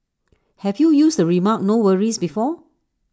have you used the remark no worries before